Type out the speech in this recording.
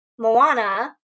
moana